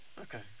Okay